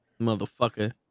Motherfucker